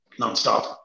nonstop